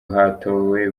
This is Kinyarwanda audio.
hatowe